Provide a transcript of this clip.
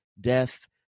death